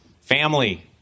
family